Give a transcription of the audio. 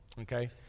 okay